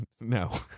No